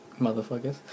Motherfuckers